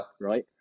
right